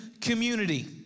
community